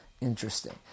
Interesting